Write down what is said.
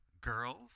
Girls